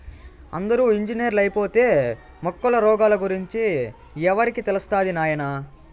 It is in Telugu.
అందరూ ఇంజనీర్లైపోతే మొక్కల రోగాల గురించి ఎవరికి తెలుస్తది నాయనా